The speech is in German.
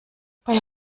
bei